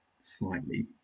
slightly